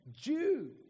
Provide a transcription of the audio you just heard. Jew